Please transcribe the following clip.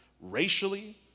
racially